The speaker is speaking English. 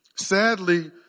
Sadly